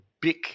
big